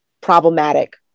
problematic